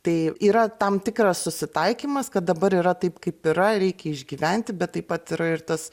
tai yra tam tikras susitaikymas kad dabar yra taip kaip yra reikia išgyventi bet taip pat yra ir tas